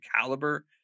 caliber